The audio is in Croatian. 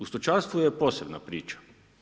U stočarstvu je posebna priča.